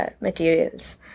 materials